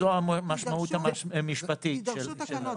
זו המשמעות המשפטית שלה.